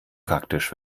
praktisch